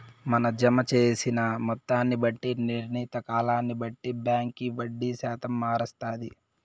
మన జమ జేసిన మొత్తాన్ని బట్టి, నిర్ణీత కాలాన్ని బట్టి బాంకీ వడ్డీ శాతం మారస్తాది